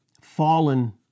fallen